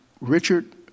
Richard